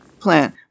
plan